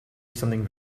something